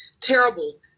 terrible